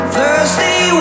Thursday